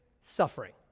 Suffering